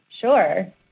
sure